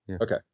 Okay